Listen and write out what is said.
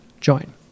join